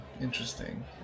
Interesting